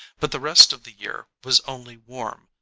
but the rest of the year was only warm,